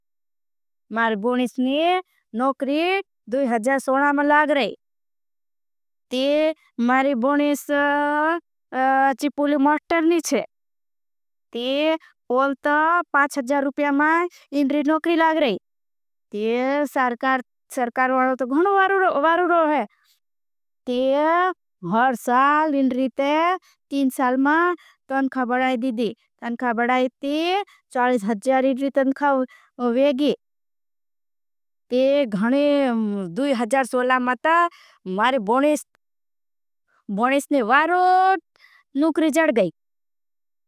मारी बोनीश ने नोकरी में लाग रही मारी। बोनीश चिपूली मॉट्टर नी छे वोलत रुप्या में इनरी नोकरी लाग। रही सरकार वालों तो गुण। वारू रो है हर साल इनरी ते साल में तंखा बड़ाई दिदी तंखा। बड़ाई ते रुप्या तंखा वेगी ते घणे में मारी। बोनीश ने वारू नोकरी जड़ गई।